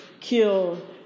kill